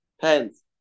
pants